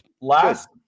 last